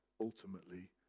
ultimately